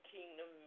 Kingdom